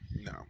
no